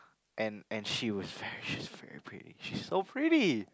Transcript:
and and she was very pretty she's so pretty